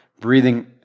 breathing